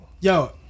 Yo